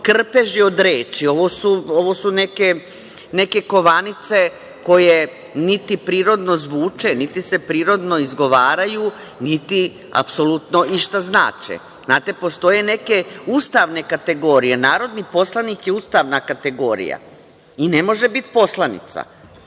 krpeži od reči, ovo su neke kovanice koje niti prirodno zvuče, niti se prirodno izgovaraju, niti apsolutno išta znače. Znate, postoje neke ustavne kategorije, narodni poslanik je ustavna kategorija i ne može biti poslanica.